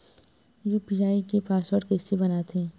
UPI के password कइसे बनाथे?